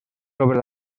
sobre